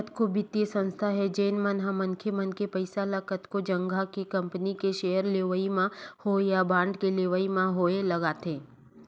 कतको बित्तीय संस्था हे जेन मन ह मनखे मन के पइसा ल कतको जघा के कंपनी के सेयर लेवई म होय या बांड के लेवई म होय लगाथे